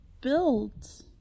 build